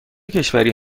کشوری